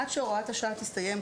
עד שהוראת השעה תסתיים,